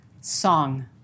song